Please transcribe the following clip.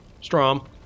Strom